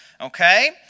okay